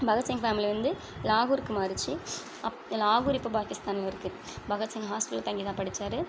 Bhagat Singh family வந்து லாகூருக்கு மாறிச்சு அப் லாகூர் இப்போ பாகிஸ்தான்ல இருக்குது பகத்சிங் ஹாஸ்ட்டல்ல தங்கி தான் படிச்சார்